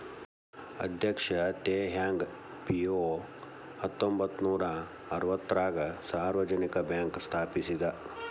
ಅಧ್ಯಕ್ಷ Teh Hong Piow ಹತ್ತೊಂಬತ್ ನೂರಾ ಅರವತ್ತಾರಗ ಸಾರ್ವಜನಿಕ ಬ್ಯಾಂಕ್ ಸ್ಥಾಪಿಸಿದ